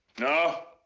no?